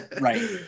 Right